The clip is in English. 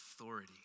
authority